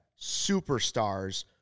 superstars